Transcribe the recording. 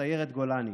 בסיירת גולני.